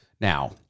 Now